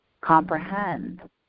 comprehend